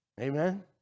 Amen